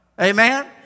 Amen